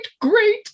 great